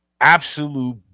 absolute